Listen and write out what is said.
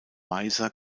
weißer